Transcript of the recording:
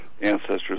ancestors